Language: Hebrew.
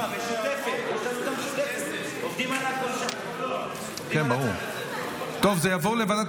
של חבר הכנסת אלמוג כהן, תועבר לוועדת